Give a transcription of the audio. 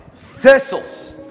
Thistles